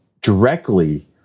directly